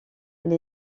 elle